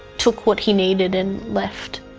took what he needed and left.